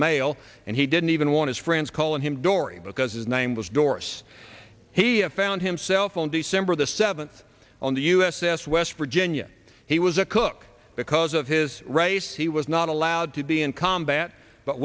male and he didn't even want is friends calling him dory because his name was doris he had found himself on december the seventh on the u s s west virginia he was a cook because of his race he was not allowed to be in combat but